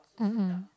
mm mm